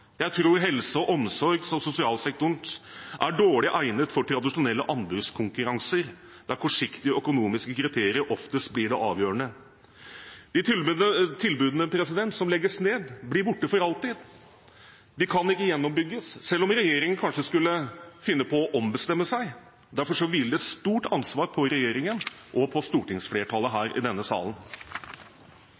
Jeg tror helse-, omsorgs- og sosialsektorene er dårlig egnet for tradisjonelle anbudskonkurranser, der kortsiktige økonomiske kriterier oftest blir det avgjørende. De tilbudene som legges ned, blir borte for alltid. De kan ikke gjenoppbygges, selv om regjeringen skulle finne på å ombestemme seg. Derfor hviler det et stort ansvar på regjeringen og stortingsflertallet i denne salen.